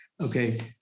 Okay